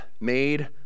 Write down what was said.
made